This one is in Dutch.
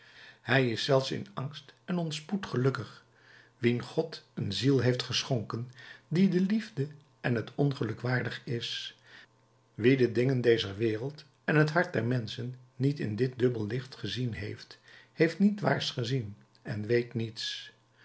hij is zelfs in angst en onspoed gelukkig wien god een ziel heeft geschonken die de liefde en het ongeluk waardig is wie de dingen dezer wereld en het hart der menschen niet in dit dubbel licht gezien heeft heeft niets waars gezien en weet niets